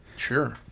Sure